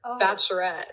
bachelorette